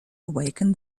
awaken